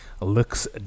looks